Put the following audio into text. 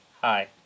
Hi